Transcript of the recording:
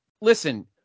listen